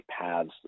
paths